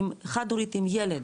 חד הורית עם ילד,